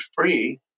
free